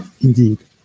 Indeed